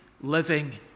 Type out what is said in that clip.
living